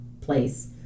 place